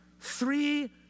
three